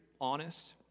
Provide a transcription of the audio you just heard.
honest